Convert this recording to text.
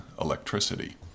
electricity